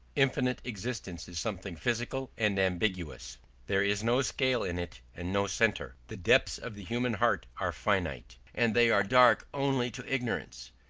infinite existence is something physical and ambiguous there is no scale in it and no centre. the depths of the human heart are finite, and they are dark only to ignorance.